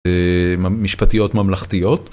משפטיות ממלכתיות.